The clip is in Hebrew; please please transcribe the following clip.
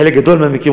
חלק גדול מהמקרים,